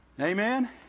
Amen